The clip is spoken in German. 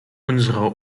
unsere